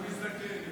הוא מזדקן.